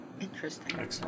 Interesting